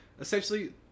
essentially